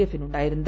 എഫിന് ഉണ്ടായിരുന്നത്